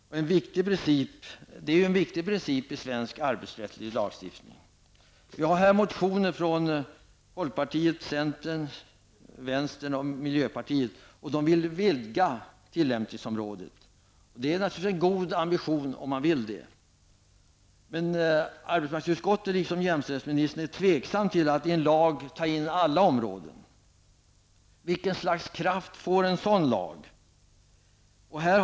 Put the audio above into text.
Det är en viktig princip i svensk arbetsrättslagstiftning. Det finns motioner från folkpartiet, centern, vänstern och miljöpartiet, där man säger att man vill vidga tillämpningsområdet. Om man vill göra det, är det naturligtvis en god ambition. Men i arbetsmarknadsutskottet är man tveksam, och det är också jämställdhetsministern, till detta med att en lag skall omfatta alla områden. Vilken kraft får en sådan lag egentligen?